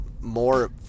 more